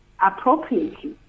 appropriately